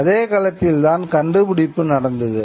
அதே களத்தில் தான் கண்டுபிடிப்பு நடந்தது